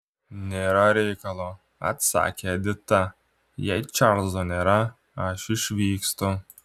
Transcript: nėra reikalo atsakė edita jei čarlzo nėra aš išvykstu